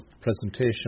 presentation